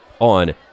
on